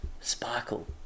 sparkle